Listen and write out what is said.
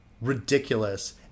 ridiculous